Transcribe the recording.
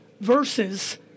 versus